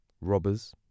robbers